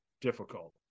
difficult